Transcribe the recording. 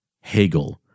Hegel